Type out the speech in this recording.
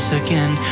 again